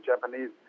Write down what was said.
Japanese